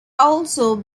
also